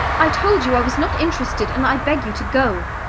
i told you i was not interested, and i beg you to go.